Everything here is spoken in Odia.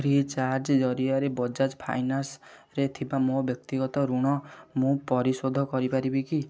ଫ୍ରି ଚାର୍ଜ୍ ଜରିଆରେ ବଜାଜ୍ ଫାଇନାସ୍ରେ ଥିବା ମୋ ବ୍ୟକ୍ତିଗତ ଋଣ ମୁଁ ପରିଶୋଧ କରିପାରିବି କି